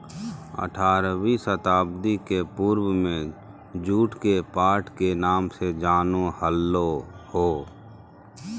आठारहवीं शताब्दी के पूर्व में जुट के पाट के नाम से जानो हल्हो